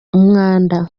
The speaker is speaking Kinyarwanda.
umwanda